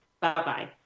Bye-bye